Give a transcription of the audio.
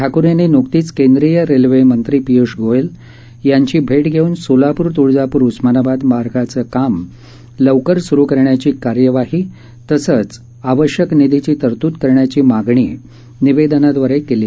ठाकुर यांनी नकतीच केंद्रीय रस्त्रिमित्री पियूष गोयल यांची भट्टघस्तिन सोलापूर तुळजापूर उस्मानाबाद मार्गाचं काम लवकर सुरु करण्याची कायवाही तसंच आवश्यक निधीची तरतूद करण्याची मागणी निवद्वजाद्वारक्ती